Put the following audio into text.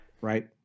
Right